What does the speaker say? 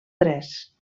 tres